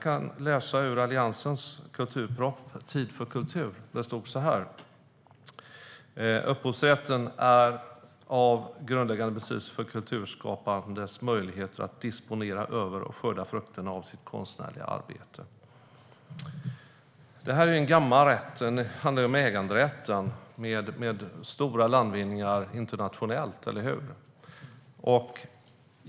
Låt mig läsa ur Alliansens kulturproposition, Tid för kultur , där det står: "Upphovsrätten är av grundläggande betydelse för kulturskaparnas möjligheter att disponera över och skörda frukterna av sitt konstnärliga arbete." Det är en gammal rätt. Det handlar om äganderätten och om stora internationella landvinningar, eller hur?